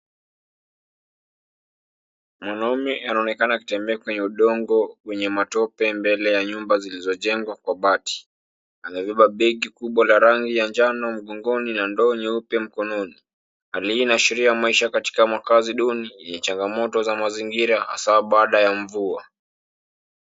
Mwanaume anaonekana akitembea kwenye udongo wenye matope mbele ya nyumba zilizojengwa kwa bati. Amebeba begi kubwa la rangi ya njano na ndoo nyeupe mkononi. Hali hii inaashiria maisha katika makazi duni yenye changamoto za mazingira hasa baada ya mvua.